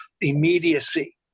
immediacy